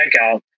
checkout